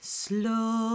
slow